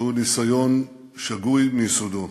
הוא ניסיון שגוי מיסודו.